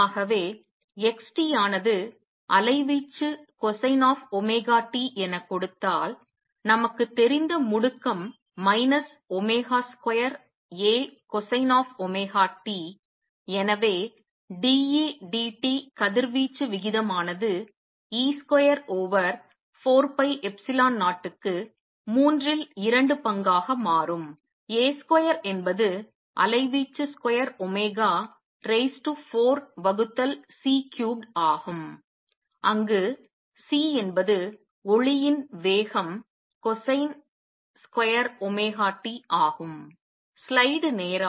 ஆகவே xt ஆனது அலைவீச்சு cosine of ஒமேகா t எனக் கொடுத்தால் நமக்குத் தெரிந்த முடுக்கம் minus omega square A cosine of omega t எனவே d E dt கதிர்வீச்சு விகிதமானது e square over 4 pi epsilon 0 க்கு மூன்றில் இரண்டு பங்காக மாறும் A ஸ்கொயர் என்பது அலைவீச்சு ஸ்கொயர் ஒமேகா raise to 4 வகுத்தல் C க்யூப்ட் ஆகும் அங்கு C என்பது ஒளியின் வேகம் கொசைன் ஸ்கொயர் ஒமேகா t ஆகும்